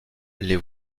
les